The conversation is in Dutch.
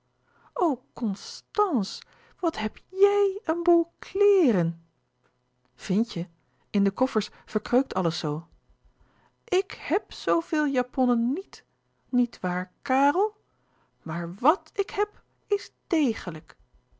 constance wat heb jij een boel kléêren vindt je in de koffers verkreukt alles zoo ik heb zooveel japonnen n i e t niet waar kàrel maar w at ik heb is dégelijk